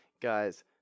Guys